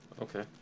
Okay